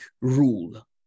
rule